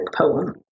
poem